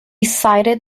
cited